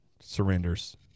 surrenders